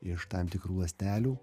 iš tam tikrų ląstelių